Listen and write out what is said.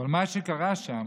אבל מה שקרה שם,